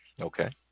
Okay